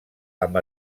amb